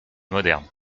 modernes